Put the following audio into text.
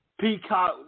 Peacock